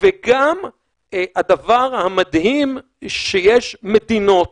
וגם הדבר המדהים שיש מדינות